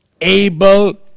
able